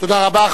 תודה רבה.